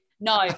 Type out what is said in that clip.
No